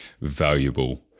valuable